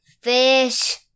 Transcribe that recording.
fish